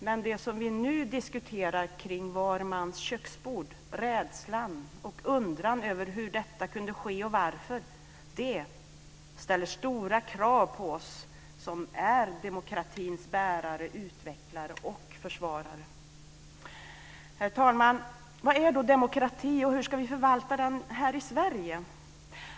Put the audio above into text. Men det som nu diskuteras kring var mans köksbord, rädslan och undran över hur detta kunde ske och varför, ställer stora krav på oss som är demokratins bärare, utvecklare och försvarare. Herr talman! Vad är då demokrati, och hur ska vi förvalta den i Sverige?